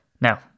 now